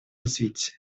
развития